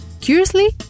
Curiously